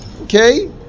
okay